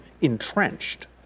entrenched